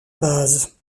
base